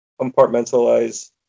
compartmentalize